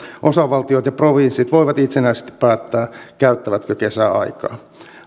osavaltiot ja provinssit voivat itsenäisesti päättää käyttävätkö kesäaikaa